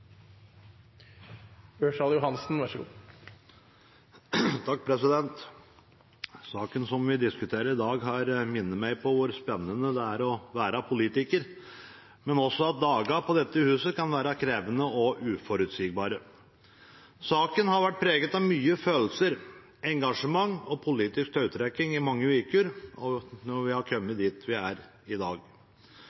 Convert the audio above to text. å være politiker, men også at dagene på dette huset kan være krevende og uforutsigbare. Saken har vært preget av mye følelser, engasjement og politisk tautrekking i mange uker, og nå har vi kommet dit vi er i dag. Den norske maritime næringsklyngen sysselsetter ca. 110 000 mennesker. Norske sjøfolk er forklaringen på den maritime suksessen som Norge har,